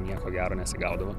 nieko gero nesigaudavo